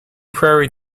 prairie